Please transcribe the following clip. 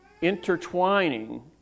intertwining